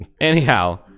anyhow